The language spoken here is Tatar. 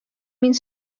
мин